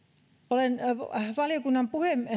olen valiokunnan